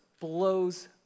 blows